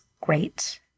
great